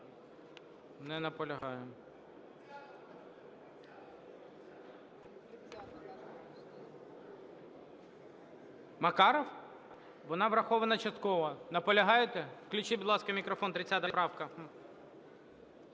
Не наполягає. Макаров? Вона врахована частково. Наполягаєте? Включіть, будь ласка, мікрофон, 30 правка.